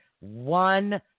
one